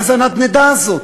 מה זו הנדנדה הזאת?